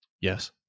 Yes